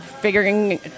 figuring